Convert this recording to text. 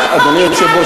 אדוני היושב-ראש,